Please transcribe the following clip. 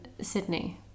Sydney